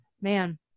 man